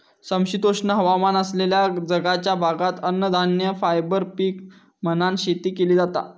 समशीतोष्ण हवामान असलेल्या जगाच्या भागात अन्नधान्य, फायबर पीक म्हणान शेती केली जाता